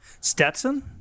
Stetson